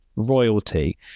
royalty